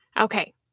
okay